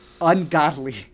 ungodly